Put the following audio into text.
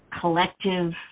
collective